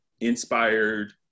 inspired